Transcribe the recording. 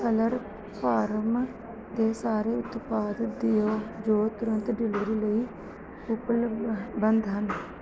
Slurrp Farm ਦੇ ਸਾਰੇ ਉਤਪਾਦ ਦਿਖਾਓ ਜੋ ਤੁਰੰਤ ਡਿਲੀਵਰੀ ਲਈ ਉਪਲੱਬਧ ਹਨ